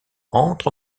entre